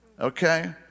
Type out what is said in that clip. Okay